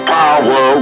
power